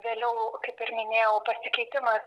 vėliau kaip ir minėjau pasikeitimas